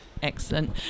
Excellent